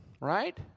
right